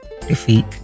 defeat